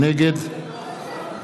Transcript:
נגד